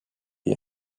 wie